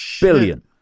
billion